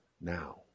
now